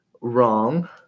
wrong